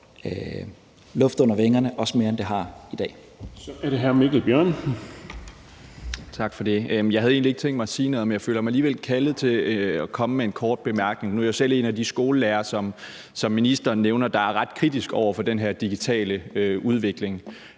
(Erling Bonnesen): Så er det hr. Mikkel Bjørn. Kl. 09:58 Mikkel Bjørn (DF): Tak for det. Jeg havde egentlig ikke tænkt mig at sige noget, men jeg føler mig alligevel kaldet til at komme med en kort bemærkning. Nu er jeg jo selv en af de skolelærere, som ministeren nævner, der er ret kritiske over for den her digitale udvikling.